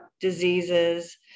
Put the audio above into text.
diseases